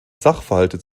sachverhalte